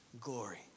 glory